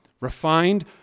refined